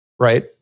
Right